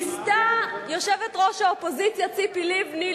ניסתה יושבת-ראש האופוזיציה, ציפי לבני,